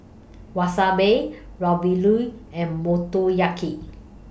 Wasabi Ravioli and Motoyaki